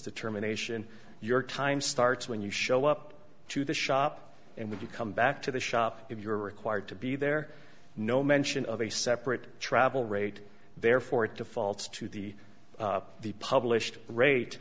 determination your time starts when you show up to the shop and when to come back to the shop if you're required to be there no mention of a separate travel rate there for it to fall to the the published rate